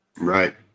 right